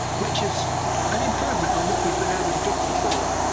which is an improvement on what we've been able to get before.